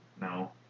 No